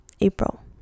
april